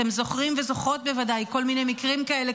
אתם זוכרים וזוכרות בוודאי כל מיני מקרים כאלה,